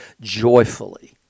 joyfully